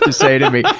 um say to me.